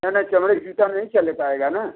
नहीं नहीं चमड़े के जूता नहीं चल पाएगा ना